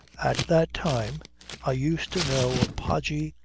at that time i used to know a podgy,